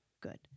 Good